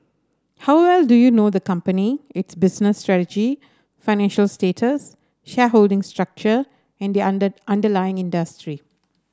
how well do you know the company its business strategy financial status shareholding structure in the under underlying industry